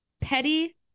petty